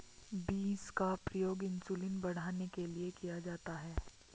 beans का प्रयोग insulin बढ़ाने के लिए किया जाता है